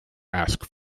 ask